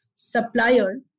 supplier